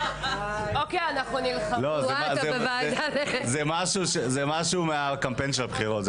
זה משהו מהקמפיין של הבחירות.